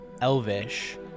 Elvish